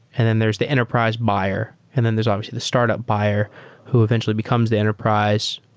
and then there's the enterprise buyer, and then there's obviously the startup buyer who eventually becomes the enterprise.